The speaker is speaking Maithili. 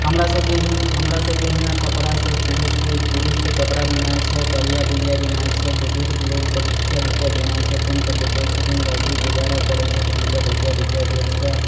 हमरासबके हि हमरासबके हियाँ कपड़ा से कुरुश कुरुश से कपड़ा बिनाइ छै डलिया डुलिया बिनाइ छै बुजुर्ग लोगसब ढकिया ढुकिया बिनाइ छथिन तऽ बेचै छथिन वैसेही गुजारा करै छथिन ओसब ढकिया ढुकिया बेच कऽ